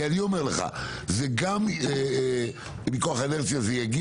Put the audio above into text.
אני אומר לך, זה יגיע גם מכוח האינרציה.